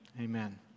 amen